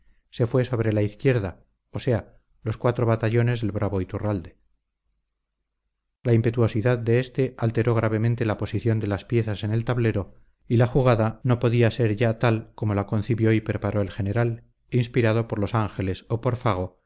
se fue sobre la izquierda o sea los cuatro batallones del bravo iturralde la impetuosidad de éste alteró gravemente la posición de las piezas en el tablero y la jugada no podía ser ya tal como la concibió y preparó el general inspirado por los ángeles o por fago